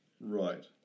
Right